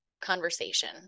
conversation